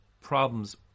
problems